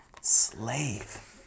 slave